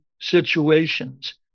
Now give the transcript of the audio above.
situations